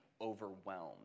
overwhelmed